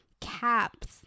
caps